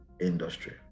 industry